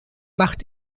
macht